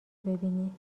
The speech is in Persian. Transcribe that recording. ببینی